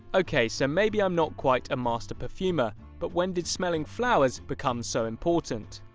okay. so maybe i'm not quite a master perfumer, but when did smelling flowers become so important?